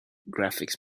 graphics